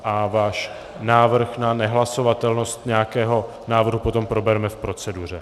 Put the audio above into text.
A váš návrh na nehlasovatelnost nějakého návrhu potom probereme v proceduře.